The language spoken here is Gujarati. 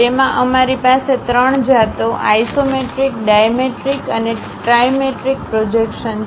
તેમાં અમારી પાસે 3 જાતો આઇસોમેટ્રિક ડાયમેટ્રિક અને ટ્રાઇમેટ્રિક પ્રોજેક્શન છે